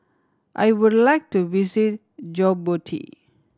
I would like to visit Djibouti